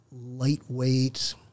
lightweight